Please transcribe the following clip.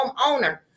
homeowner